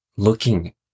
Looking